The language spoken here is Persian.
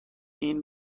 این